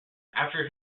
after